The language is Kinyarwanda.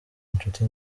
inshuti